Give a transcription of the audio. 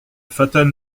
fatale